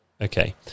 Okay